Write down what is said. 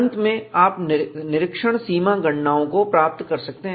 अंत में आप निरीक्षण सीमा गणनाओं को प्राप्त कर सकते हैं